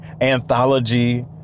anthology